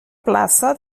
plaça